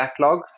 backlogs